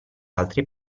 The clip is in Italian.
altri